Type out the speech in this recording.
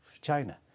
China